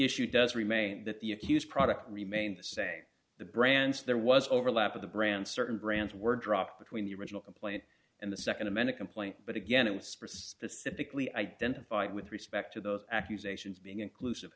issue does remain that the accused product remained the same the brands there was an overlap of the brands certain brands were dropped between the original complaint and the nd a manic complaint but again it was specifically identified with respect to those accusations being inclusive